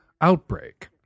outbreak